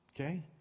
Okay